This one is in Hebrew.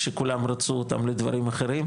כשכולם רצו אותם לדברים אחרים.